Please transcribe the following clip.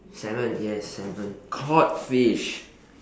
salmon yes salmon cod fish